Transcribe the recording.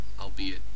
albeit